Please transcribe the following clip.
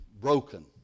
broken